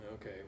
okay